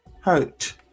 hurt